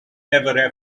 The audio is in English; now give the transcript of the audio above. ever